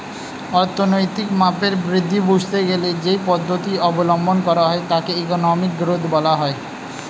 অর্থনৈতিক মাপের বৃদ্ধি বুঝতে গেলে যেই পদ্ধতি অবলম্বন করা হয় তাকে ইকোনমিক গ্রোথ বলা হয়